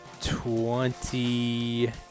twenty